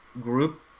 group